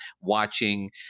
watching